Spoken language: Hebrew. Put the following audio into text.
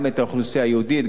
גם את האוכלוסייה הלא-יהודית.